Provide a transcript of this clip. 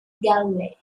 galway